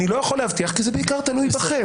אני לא יכול להבטיח כי זה בעיקר תלוי בכם.